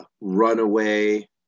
Runaway